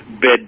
bed